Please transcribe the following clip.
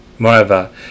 Moreover